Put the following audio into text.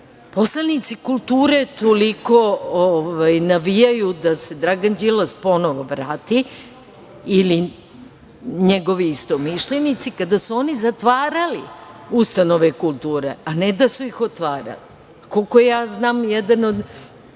poslanici kulture toliko navijaju da se Dragan Đilas ponovo vrati ili njegovi istomišljenici, kada su oni zatvarali ustanove kulture, a ne da su ih otvarali? Koliko ja znam, jedan od